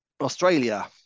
Australia